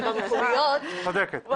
את צודקת.